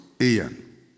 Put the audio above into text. Ian